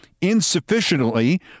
insufficiently